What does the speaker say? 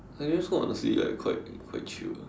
I guess honestly right like quite quite chill